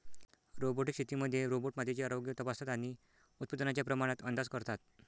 robotic शेतीमध्ये robot मातीचे आरोग्य तपासतात आणि उत्पादनाच्या प्रमाणात अंदाज करतात